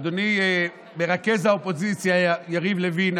אדוני מרכז האופוזיציה יריב לוין,